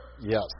Yes